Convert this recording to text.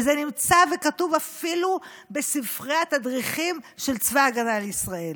וזה נמצא וכתוב אפילו בספרי התדריכים של צבא ההגנה לישראל.